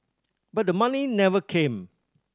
but the money never came